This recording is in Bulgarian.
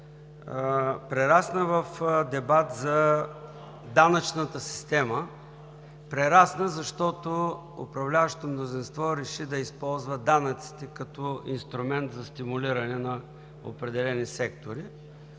прерасна в дебат за данъчната система. Прерасна, защото управляващото мнозинство реши да използва данъците като инструмент за стимулиране на определени сектори.